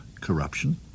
corruption